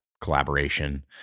Collaboration